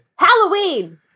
Halloween